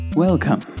Welcome